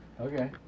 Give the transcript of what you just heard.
Okay